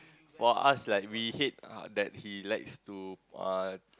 for us like we hate uh that he likes to uh